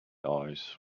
eyes